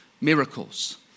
miracles